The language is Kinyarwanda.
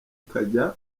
ukajya